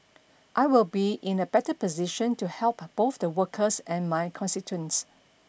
I will be in a better position to help both the workers and my constituents